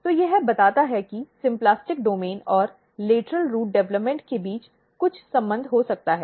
तो यह बताता है कि सिम्प्लास्टिक डोमेन और लेटरल रूट डेवलपमेंट के बीच कुछ संबंध हो सकता है